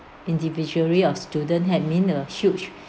individuality of students have been a huge